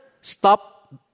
stop